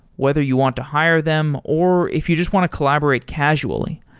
whether you want to hire them or if you just want to collaborate casually.